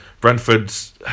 Brentford's